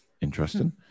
interesting